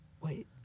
Wait